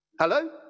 Hello